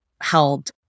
held